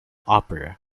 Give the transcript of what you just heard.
opera